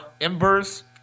embers